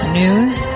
news